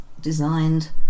designed